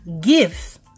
Gifts